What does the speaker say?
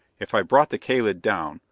if i brought the kalid down,